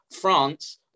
France